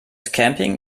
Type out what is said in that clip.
camping